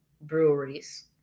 breweries